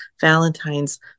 Valentine's